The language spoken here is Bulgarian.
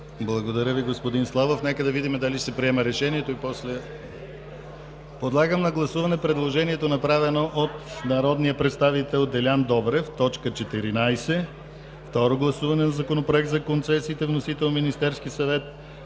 Благодаря Ви, господин Славов. Нека да видим дали ще се приеме решението. Подлагам на гласуване предложението, направено от народния представител Делян Добрев – т. 14, второ гласуване на Законопроекта за концесиите, вносител Министерският съвет